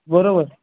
बरोबर